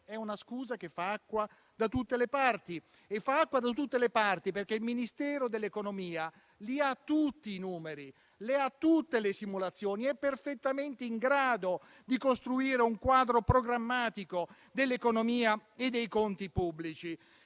è una scusa che fa acqua da tutte le parti. E fa acqua da tutte le parti perché il Ministero dell'economia ha tutti i numeri, ha tutte le simulazioni ed è perfettamente in grado di costruire un quadro programmatico dell'economia, dei conti pubblici